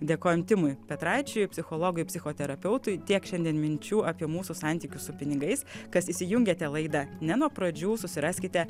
dėkojam timui petraičiui psichologui psichoterapeutui tiek šiandien minčių apie mūsų santykius su pinigais kas įsijungiate laidą ne nuo pradžių susiraskite